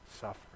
suffering